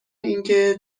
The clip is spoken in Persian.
اینکه